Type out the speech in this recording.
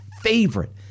favorite